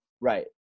Right